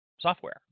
software